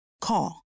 Call